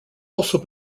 also